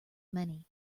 many